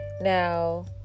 Now